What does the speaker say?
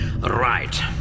Right